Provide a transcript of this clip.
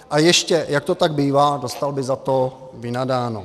A ještě, jak to tak bývá, dostal by za to vynadáno.